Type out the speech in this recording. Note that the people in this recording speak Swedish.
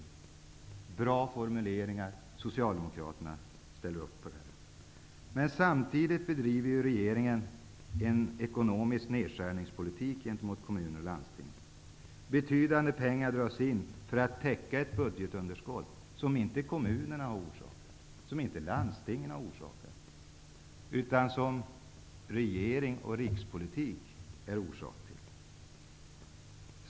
Det är bra formuleringar, som Socialdemokraterna ställer sig bakom. Men samtidigt bedriver regeringen en politik som innebär ekonomiska nedskärningar gentemot kommuner och landsting. Betydande summor dras in för att täcka ett budgetunderskott som inte kommunerna och landstingen har orsakat, utan som vållats av regering och rikspolitik.